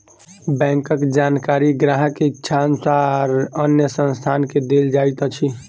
बैंकक जानकारी ग्राहक के इच्छा अनुसार अन्य संस्थान के देल जाइत अछि